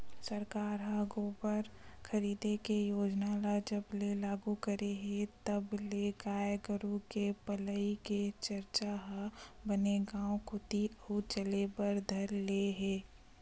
सरकार ह गोबर खरीदे के योजना ल जब ले लागू करे हे तब ले गाय गरु के पलई के चरचा ह बने गांव कोती अउ चले बर धर ले हे